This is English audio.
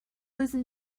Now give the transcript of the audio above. listen